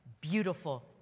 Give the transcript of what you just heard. beautiful